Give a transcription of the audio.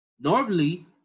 Normally